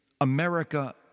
America